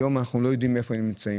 היום אנחנו לא יודעים היכן הם נמצאים.